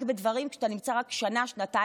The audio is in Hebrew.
בדברים כשאתה נמצא רק שנה-שנתיים-שנה?